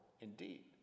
indeed